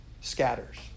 scatters